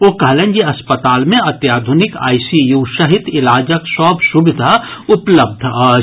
ओ कहलनि जे अस्पताल मे अत्याधुनिक आईसीयू सहित इलाजक सभ सुविधा उपलब्ध अछि